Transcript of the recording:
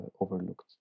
overlooked